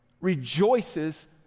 rejoices